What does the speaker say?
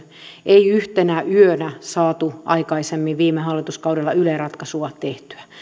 ei yhtenä yönä saatu aikaisemmin viime hallituskaudella yle ratkaisua tehtyä